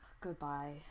Goodbye